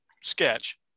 sketch